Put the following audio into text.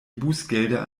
bußgelder